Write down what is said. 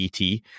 et